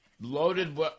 loaded